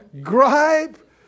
Gripe